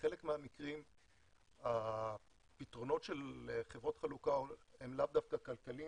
בחלק מהמקרים הפתרונות של חברות חלוקה הם לאו דווקא כלכליים,